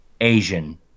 Asian